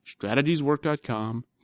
StrategiesWork.com